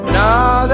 now